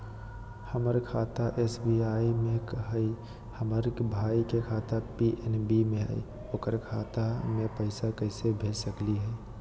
हमर खाता एस.बी.आई में हई, हमर भाई के खाता पी.एन.बी में हई, ओकर खाता में पैसा कैसे भेज सकली हई?